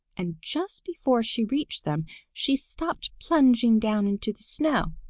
and just before she reached them she stopped plunging down into the snow.